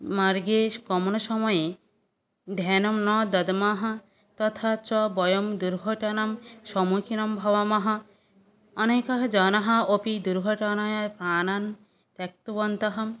मार्गेषु गमनसमये ध्यानं न दद्मः तथा च वयं दुर्घटनां सम्मुखीनं भवामः अनेकः जनः अपि दुर्घटनायां प्राणान् त्यक्तवन्तः